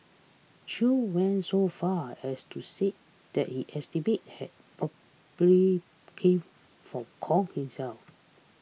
chew went so far as to say that he estimate had probably came from kong himself